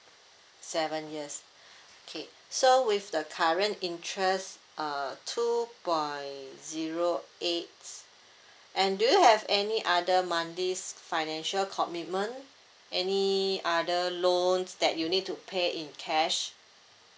seven years okay so with the current interest uh two point zero eight and do you have any other monthly financial commitment any other loans that you need to pay in cash